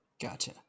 gotcha